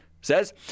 says